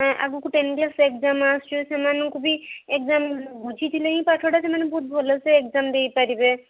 ଏ ଆଗକୁ ten class exam ଆସିବ ସେମାନଙ୍କୁ ବି ଏକ୍ସାମ୍ ବୁଝିଥିଲେ ହିଁ ପାଠଟା ସେମାନେ ବହୁତ ଭଲସେ ଏକ୍ସାମ୍ ଦେଇପାରିବେ